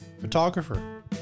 photographer